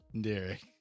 Derek